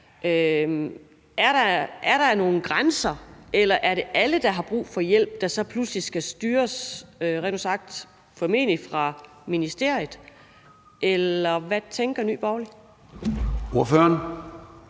Er der nogle grænser, eller er det alle, der har brug for hjælp, der pludselig rent ud sagt skal styres, formentlig fra ministeriet? Eller hvad tænker Nye Borgerlige? Kl.